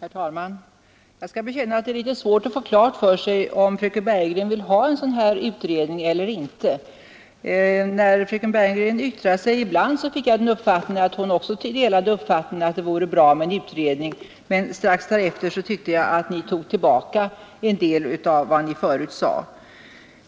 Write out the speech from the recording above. Herr talman! Jag skall bekänna att det är litet svårt att få klart för sig om fröken Bergegren vill ha en utredning eller inte. När fröken Bergegren yttrar sig, får jag ibland den uppfattningen att hon också anser att det vore bra med en utredning, men strax efter tyckte jag att Ni tog tillbaka en del av vad Ni förut sade.